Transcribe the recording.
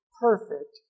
perfect